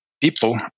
people